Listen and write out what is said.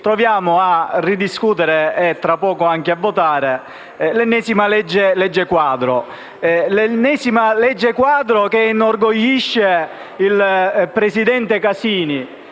troviamo a discutere e, tra poco, anche a votare l'ennesima legge quadro che inorgoglisce il presidente Casini,